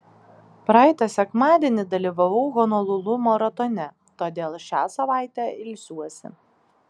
praeitą sekmadienį dalyvavau honolulu maratone todėl šią savaitę ilsiuosi